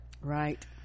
Right